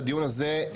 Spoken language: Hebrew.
לדיון הזה,